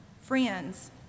friends